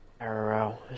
Arrow